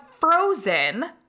frozen